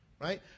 Right